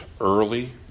early